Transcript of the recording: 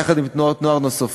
יחד עם נציגי תנועות נוער נוספות